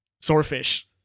Swordfish